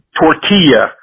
tortilla